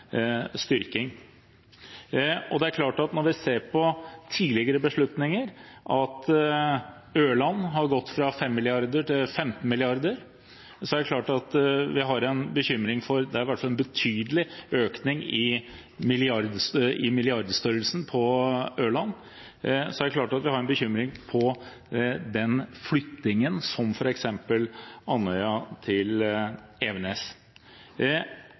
styrking. Når vi ser på tidligere beslutninger, at Ørland har gått fra 5 mrd. kr til 15 mrd. kr – det er i hvert fall en betydelig økning, i milliardstørrelsen, på Ørland – er det klart at vi har en bekymring for flyttingen, f.eks. den fra Andøya til Evenes.